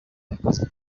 akazi